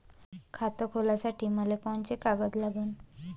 खात खोलासाठी मले कोंते कागद लागन?